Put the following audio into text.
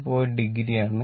2 o ആണ്